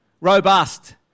robust